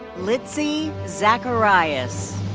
litzy zacarias.